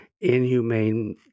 inhumane